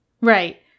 right